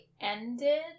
ended